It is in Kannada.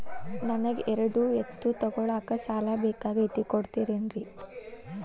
ನನಗ ಎರಡು ಎತ್ತು ತಗೋಳಾಕ್ ಸಾಲಾ ಬೇಕಾಗೈತ್ರಿ ಕೊಡ್ತಿರೇನ್ರಿ?